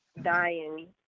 dying